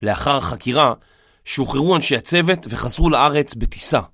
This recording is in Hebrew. לאחר חקירה שוחררו אנשי הצוות וחזרו לארץ בטיסה